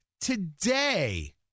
today